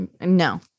No